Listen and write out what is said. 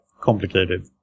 complicated